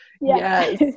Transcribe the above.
Yes